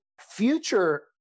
future